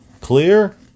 clear